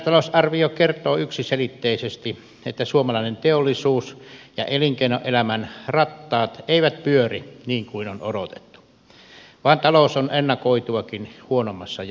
lisätalousarvio kertoo yksiselitteisesti että suomalainen teollisuus ja elinkeinoelämän rattaat eivät pyöri niin kuin on odotettu vaan talous on ennakoituakin huonommassa jamassa